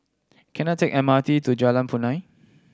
can I take M R T to Jalan Punai